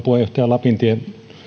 puheenjohtaja lapintie